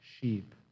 sheep